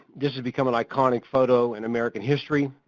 this has become and iconic photo in american history.